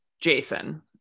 Jason